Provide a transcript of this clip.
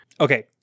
Okay